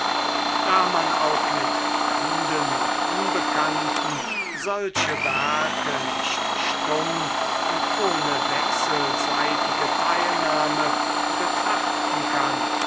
da man auch mit fremden und unbekannten solche werke nicht stumm und ohne wechselseitige teilnahme betrachten kann